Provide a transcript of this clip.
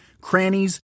crannies